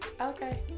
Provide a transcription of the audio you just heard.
Okay